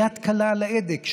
יד קלה על ההדק.